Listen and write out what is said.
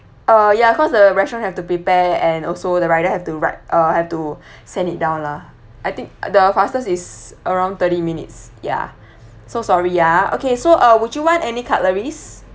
uh ya because the restaurant have to prepare and also the rider have to write uh have to send it down lah I think the fastest is around thirty minutes ya so sorry ya okay so uh would you want any cutleries